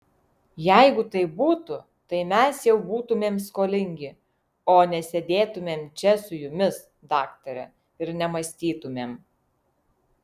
jeigu taip būtų tai mes jau būtumėm skolingi o nesėdėtumėm čia su jumis daktare ir nemąstytumėm